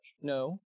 No